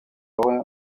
que